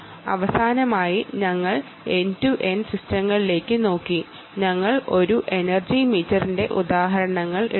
അവസാനമായി ഞങ്ങൾ end to end സിസ്റ്റങ്ങളിലേക്ക് നോക്കി നമ്മൾ ഒരു എനർജി മീറ്ററിന്റെ ഉദാഹരണങ്ങൾ എടുത്തു